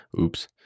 oops